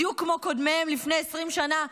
בדיוק כמו קודמיהם לפני 20 שנה,